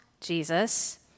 Jesus